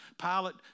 Pilate